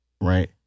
right